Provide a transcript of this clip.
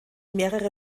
mehrere